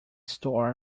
storm